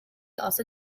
also